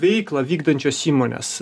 veiklą vykdančios įmonės